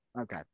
Okay